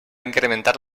incrementar